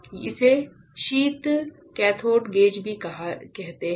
इसे शीत cathode gauge भी कहते हैं